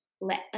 let